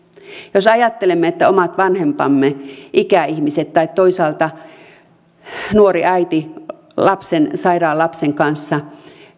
jos ajattelemme että olisi kyse suomalaisista omista vanhemmistamme ikäihmisistä tai toisaalta nuoresta äidistä sairaan lapsen kanssa